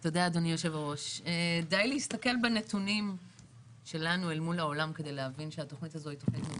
די להסתכל בנתונים שלנו אל מול העולם ולהגיד לכם שהתכנית היא מבורכת.